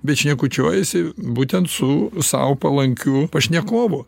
bet šnekučiuojasi būtent su sau palankiu pašnekovu